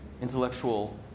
intellectual